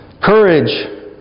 Courage